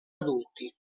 adulti